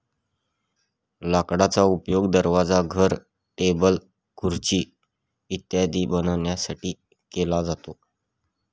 लाकडाचा उपयोग दरवाजा, घर, टेबल, खुर्ची इत्यादी बनवण्यासाठी केला जातो